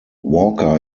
walker